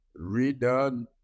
redone